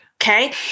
Okay